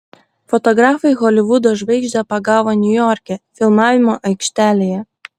fotografai holivudo žvaigždę pagavo niujorke filmavimo aikštelėje